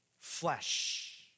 Flesh